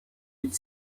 with